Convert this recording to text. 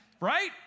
right